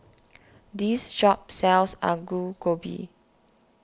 this shop sells Alu Gobi